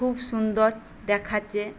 খুব সুন্দর দেখাচ্ছে